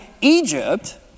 Egypt